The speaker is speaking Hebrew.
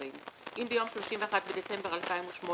אם ביום כ"ג טבת התשע"ט (31 בדצמבר 2018)